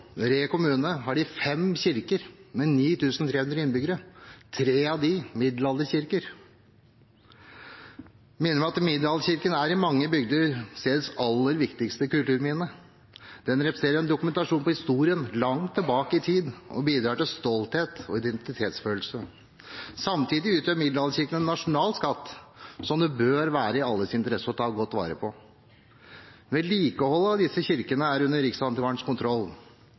Re kommune, har de fem kirker og 9 300 innbyggere. Tre av kirkene er middelalderkirker. Jeg minner om at middelalderkirkene i mange bygder er stedets aller viktigste kulturminne. De representerer en dokumentasjon på historien langt tilbake i tid og bidrar til stolthet og identitetsfølelse. Samtidig utgjør middelalderkirkene en nasjonalskatt, som det bør være i alles interesse å ta godt vare på. Vedlikeholdet av disse kirkene er under Riksantikvarens kontroll.